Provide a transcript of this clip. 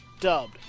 dubbed